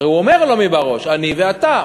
הרי הוא אומר לו: אני ואתה.